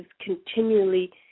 continually